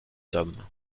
hommes